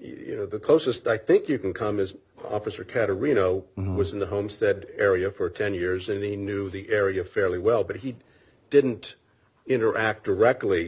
you know the closest i think you can come is officer cata reno was in the homestead area for ten years and they knew the area fairly well but he didn't interact directly